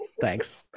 Thanks